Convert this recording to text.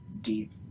deep